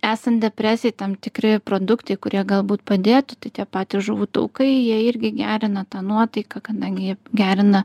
esant depresijai tam tikri produktai kurie galbūt padėtų tai tie patys žuvų taukai jie irgi gerina tą nuotaiką kadangi jie gerina